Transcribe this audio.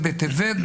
ב' טבת,